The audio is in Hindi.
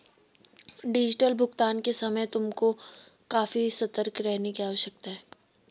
डिजिटल भुगतान के समय तुमको काफी सतर्क रहने की आवश्यकता है